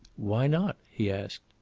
why not? he asked.